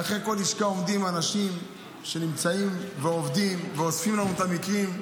מאחורי כל לשכה עומדים אנשים שנמצאים ועובדים ואוספים לנו את המקרים,